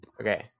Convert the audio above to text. Okay